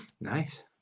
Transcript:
Nice